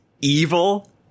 evil